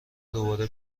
دوباره